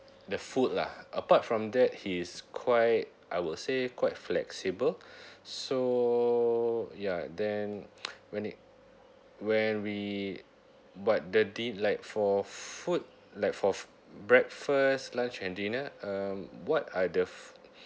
the food lah apart from that he's quite I will say quite flexible so ya then when it when we but the din~ like for food like for breakfast lunch and dinner um what are the